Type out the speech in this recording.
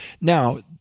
Now